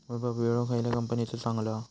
वैभव विळो खयल्या कंपनीचो चांगलो हा?